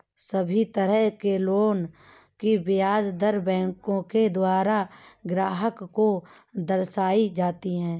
सभी तरह के लोन की ब्याज दर बैंकों के द्वारा ग्राहक को दर्शाई जाती हैं